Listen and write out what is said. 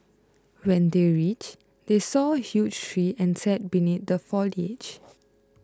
when they reached they saw a huge tree and sat beneath the foliage